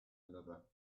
another